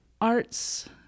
arts